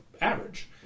average